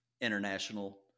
international